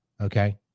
Okay